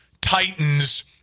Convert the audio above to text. Titans